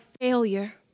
failure